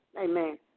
Amen